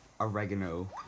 Oregano